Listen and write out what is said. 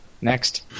Next